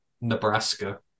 Nebraska